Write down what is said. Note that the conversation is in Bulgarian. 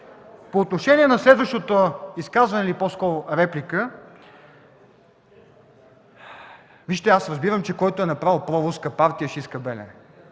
По отношение на следващото изказване, или по-скоро реплика, вижте, аз разбирам, че който е направил проруска партия ще иска